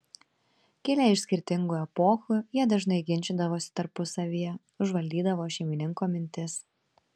kilę iš skirtingų epochų jie dažnai ginčydavosi tarpusavyje užvaldydavo šeimininko mintis